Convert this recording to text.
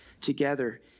together